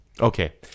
Okay